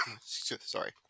Sorry